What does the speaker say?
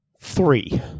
Three